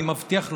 אני מבטיח לכם: